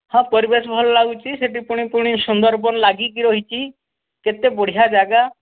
ହଁ ପରିବେଶ ଭଲ ଲାଗୁଛି ସେଇଠି ପୁଣି ପୁଣି ସୁନ୍ଦରବନ ଲାଗିକି ରହିଛି କେତେ ବଢ଼ିଆ ଜାଗା